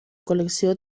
col·lecció